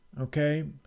Okay